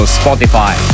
spotify